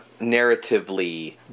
narratively